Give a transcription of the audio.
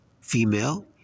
Female